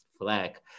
flag